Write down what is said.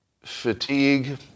fatigue